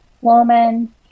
woman